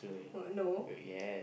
what no